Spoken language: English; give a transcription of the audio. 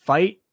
Fight